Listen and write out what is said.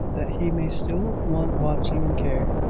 that he may still want watching and care.